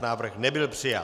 Návrh nebyl přijat.